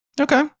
Okay